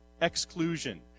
exclusion